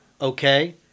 okay